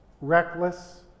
reckless